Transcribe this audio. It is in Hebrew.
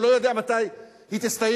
אבל לא יודע מתי היא תסתיים.